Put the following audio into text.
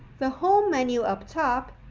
the home menu up top,